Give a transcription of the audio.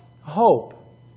hope